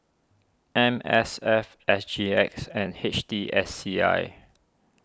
M S F S G X and H T S C I